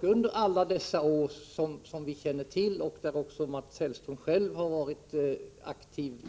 Vi känner till att dessa svenska vapentillverkande företag under alla år — Mats Hellström har under den tiden också själv varit aktiv